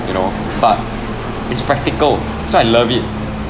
you know but it's practical so I love it